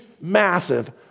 massive